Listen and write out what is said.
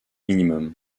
minimum